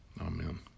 Amen